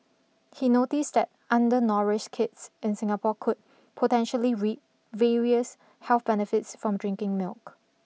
he noticed that undernourished kids in Singapore could potentially reap various health benefits from drinking milk